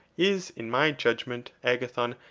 is in my judgment, agathon,